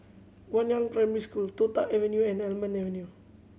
Guangyang Primary School Toh Tuck Avenue and Almond Avenue